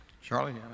Charlie? —